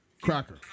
Cracker